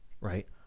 right